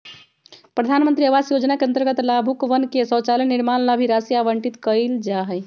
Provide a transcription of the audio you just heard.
प्रधान मंत्री आवास योजना के अंतर्गत लाभुकवन के शौचालय निर्माण ला भी राशि आवंटित कइल जाहई